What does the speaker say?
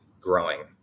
growing